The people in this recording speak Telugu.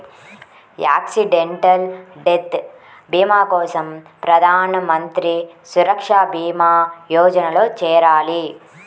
యాక్సిడెంటల్ డెత్ భీమా కోసం ప్రధాన్ మంత్రి సురక్షా భీమా యోజనలో చేరాలి